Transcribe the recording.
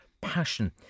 Passion